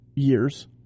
years